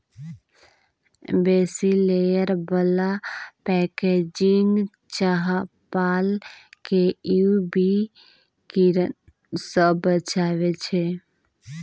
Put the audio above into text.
बेसी लेयर बला पैकेजिंग चाहपात केँ यु वी किरण सँ बचाबै छै